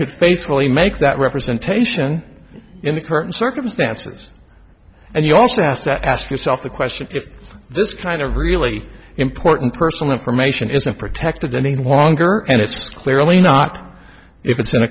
could basically make that representation in the current circumstances and you also ask that ask yourself the question if this kind of really important personal information isn't protected any longer and it's clearly not if it's in a